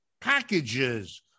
packages